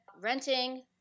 renting